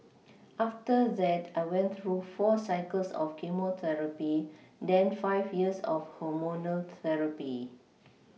after that I went through four cycles of chemotherapy then five years of hormonal therapy